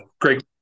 great